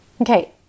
Okay